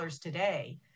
today